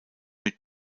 mit